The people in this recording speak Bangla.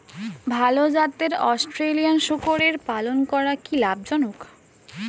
ভাল জাতের অস্ট্রেলিয়ান শূকরের পালন করা কী লাভ জনক?